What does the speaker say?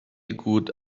gut